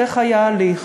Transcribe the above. ואיך היה ההליך?